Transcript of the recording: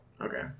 Okay